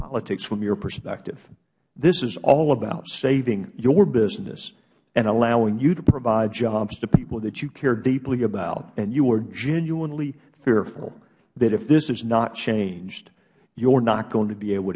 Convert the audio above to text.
politics from your perspective this is all about saving your business and allowing you to provide jobs to people that you care deeply about and you are genuinely fearful that if this is not changed you are not going to be able